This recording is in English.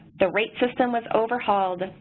the rate system was overhauled,